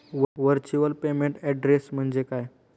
Virtual payment address म्हणजे काय?